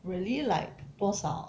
really like 多少